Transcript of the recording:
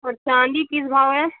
और चाँदी किस भाव है